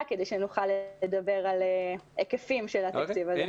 כדי שנוכל לדבר על היקפים של התקציב הזה.